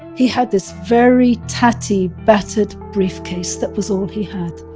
he had this very tatty, battered briefcase. that was all he had.